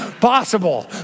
possible